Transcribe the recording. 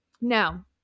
Now